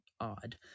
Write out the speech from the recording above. odd